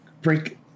break